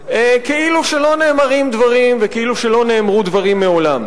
כאילו לא נאמרים דברים וכאילו לא נאמרו דברים מעולם.